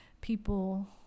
people